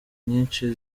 nyinshi